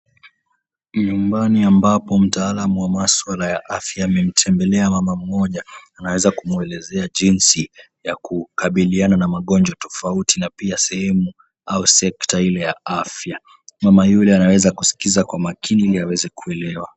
Nyumbani ambapo mtaalam wa maswala ya afya amemtembelea mama mmoja, anaweza kumwelezea jinsi ya kukabiliana na magonjwa tofauti na pia sehemu au sekta ile ya afya. Mama yule anaweza kusikiza kwa makini ili aweze kuelewa.